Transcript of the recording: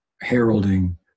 heralding